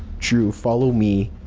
drew, follow me.